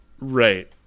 Right